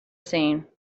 seen